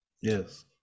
Yes